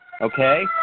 Okay